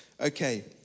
okay